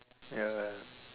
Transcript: ya ya